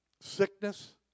sickness